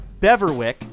Beverwick